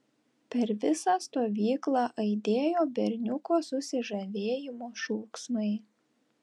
per visą stovyklą aidėjo berniuko susižavėjimo šūksmai